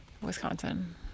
wisconsin